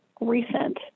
recent